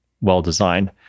well-designed